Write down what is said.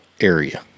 area